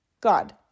God